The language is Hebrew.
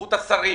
בנוכחות השרים.